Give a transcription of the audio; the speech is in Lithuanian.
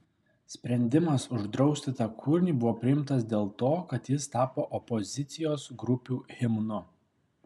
sprendimas uždrausti tą kūrinį buvo priimtas dėl ko kad jis tapo opozicijos grupių himnu